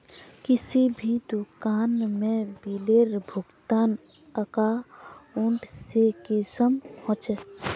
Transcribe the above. किसी भी दुकान में बिलेर भुगतान अकाउंट से कुंसम होचे?